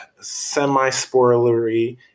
semi-spoilery